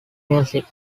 music